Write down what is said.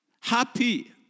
Happy